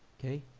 okay,